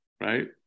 Right